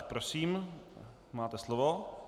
Prosím, máte slovo.